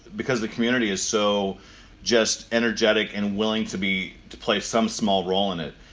because the community is so just energetic and willing to be. to play some small role in it.